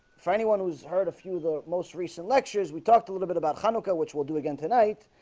for anyone who's heard a few the most recent lectures. we talked a little bit about hanukkah, which will do again tonight